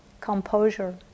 composure